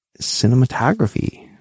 cinematography